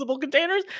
containers